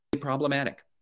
problematic